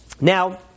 Now